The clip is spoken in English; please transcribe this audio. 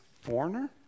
foreigner